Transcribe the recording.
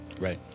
Right